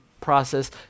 process